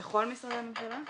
בכל משרדי הממשלה?